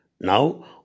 Now